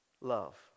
love